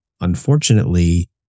Unfortunately